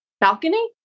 balcony